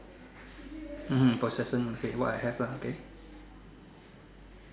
hmm possession what I have lah okay